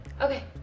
okay